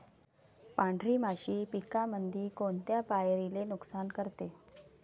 पांढरी माशी पिकामंदी कोनत्या पायरीले नुकसान करते?